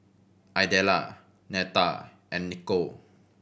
Idella Neta and Niko